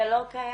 זה לא קיים?